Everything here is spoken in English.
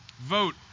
vote